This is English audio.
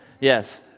Yes